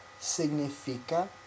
significa